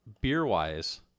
beer-wise